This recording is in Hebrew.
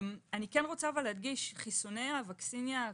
אני רוצה להדגיש שחיסוני ה-Vaccinia,